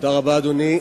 אדוני היושב-ראש,